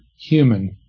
human